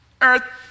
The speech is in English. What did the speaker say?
earth